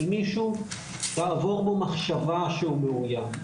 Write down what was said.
אם מישהו תעבור בו מחשבה שהוא מאויים,